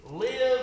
live